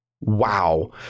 Wow